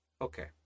Okay